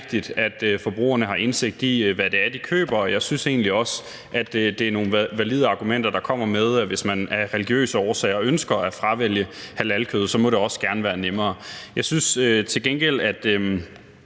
at forbrugerne har indsigt i, hvad det er, de køber. Jeg synes egentlig også, at det er nogle valide argumenter, der kommer: Hvis man af religiøse årsager ønsker at fravælge halalkød, må det også gerne være nemmere at kunne gøre det. Jeg synes til gengæld, det